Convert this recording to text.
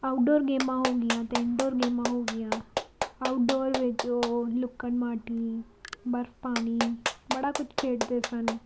outdoor ਗੇਮਾਂ ਹੋ ਗਈਆਂ ਅਤੇ ਇੰਨਡੋਰ ਗੇਮਾਂ ਹੋ ਗਈਆਂ ਆਊਟਡੋਰ ਵਿੱਚ ਉਹ ਲੁੱਕਣ ਮਾਟੀ ਬਰਫ ਪਾਣੀ ਬੜਾ ਕੁਛ ਖੇਡਦੇ ਸਨ